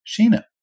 Sheena